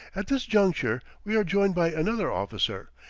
at this juncture we are joined by another officer,